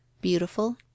Beautiful